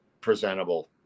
presentable